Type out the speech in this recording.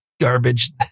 garbage